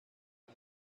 una